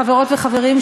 חברות וחברים,